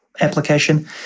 application